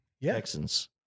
Texans